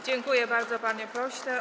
Dziękuję bardzo, panie pośle.